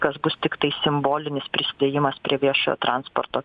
kas bus tiktai simbolinis prisidėjimas prie viešojo transporto